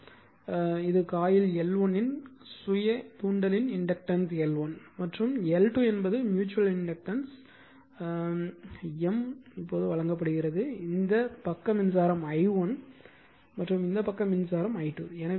L1 இது coil L1 இன் coil சுய தூண்டலின் இண்டக்டன்ஸ் L1 மற்றும் L2 ம்யூச்சுவல் இண்டக்டன்ஸ் M வழங்கப்படுகிறது இந்த பக்க மின்சாரம் i1 இந்த பக்க மின்சாரம் i2